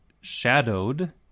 shadowed